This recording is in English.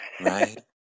right